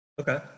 Okay